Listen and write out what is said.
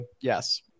yes